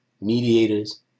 mediators